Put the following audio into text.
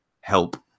help